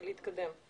להתקדם.